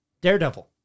Daredevil